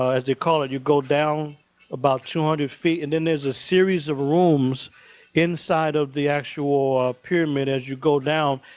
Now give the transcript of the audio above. as they call it, you go down about two hundred feet. and then, there's a series of rooms inside of the actual pyramid as you go down.